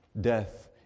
death